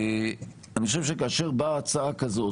אני חושב שכאשר באה הצעה כזאת,